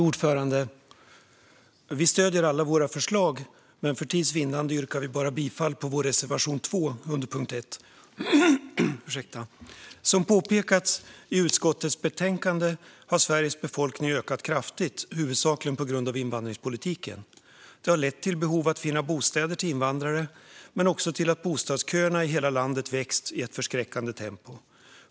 Fru talman! Vi står bakom alla våra förslag, men för tids vinnande yrkar jag bifall bara till vår reservation 2 under punkt 1. Som påpekas i utskottets betänkande har Sveriges befolkning ökat kraftigt, huvudsakligen på grund av invandringspolitiken. Det har lett till ett behov av att finna bostäder till invandrare, men det har också lett till att bostadsköerna i hela landet vuxit i ett förskräckande tempo.